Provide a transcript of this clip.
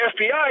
FBI